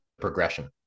progression